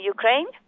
Ukraine